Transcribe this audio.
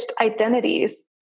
identities